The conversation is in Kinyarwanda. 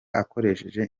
akoresheje